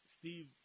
Steve